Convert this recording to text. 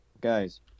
guys